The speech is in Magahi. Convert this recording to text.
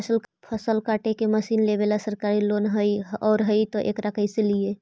फसल काटे के मशीन लेबेला सरकारी लोन हई और हई त एकरा कैसे लियै?